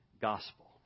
gospel